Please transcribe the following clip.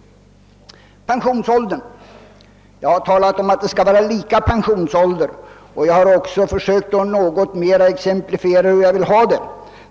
Vad den allmänna pensionsåldern beträffar har jag sagt att den skall vara lika för alla, och jag har också försökt att exemplifiera vad jag